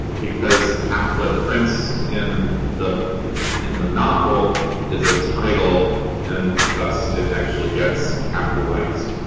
because half-blood prince in the in the novel is a title and thus it actually gets capitalized.